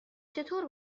چطور